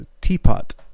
Teapot